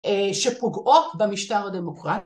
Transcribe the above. שפוגעות במשטר הדמוקרטי